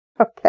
Okay